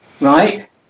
right